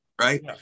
right